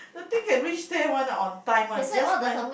the thing can reach there one ah on time one just nice